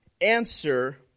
answer